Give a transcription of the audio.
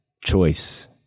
Choice